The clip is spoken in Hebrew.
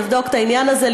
אני אבדוק את העניין הזה,